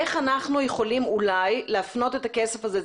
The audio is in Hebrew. איך אנחנו יכולים אולי להפנות את הכסף הזה,